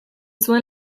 zuen